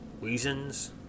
reasons